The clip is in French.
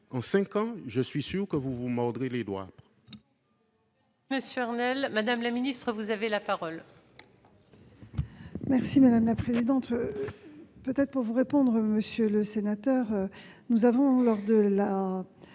d'État, je suis sûr que vous vous mordrez les doigts